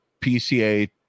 PCA